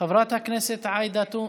חברת הכנסת עאידה תומא